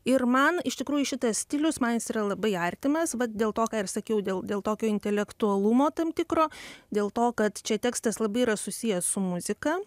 ir man iš tikrųjų šitas stilius man jis yra labai artimas vat dėl to ką ir sakiau dėl dėl tokio intelektualumo tam tikro dėl to kad čia tekstas labai yra susijęs su muzika